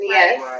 Yes